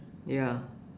ya